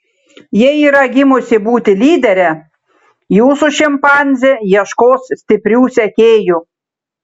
jei yra gimusi būti lydere jūsų šimpanzė ieškos stiprių sekėjų